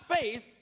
faith